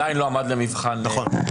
זה עדיין לא עמד למבחן --- חברים,